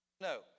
No